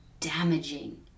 damaging